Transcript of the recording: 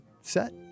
set